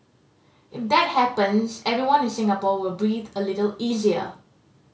if that happens everyone in Singapore will breathe a little easier